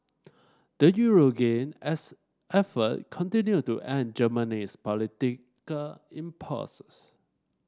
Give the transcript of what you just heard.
the euro gained as effort continued to end Germany's political impasses